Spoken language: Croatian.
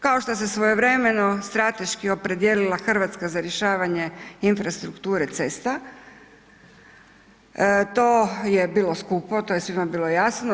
Kao što se svojevremeno strateški opredijelila Hrvatska za rješavanje infrastrukture cesta, to je bilo skupo, to je svima bilo jasno.